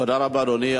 תודה רבה, אדוני.